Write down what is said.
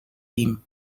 team